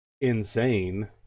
insane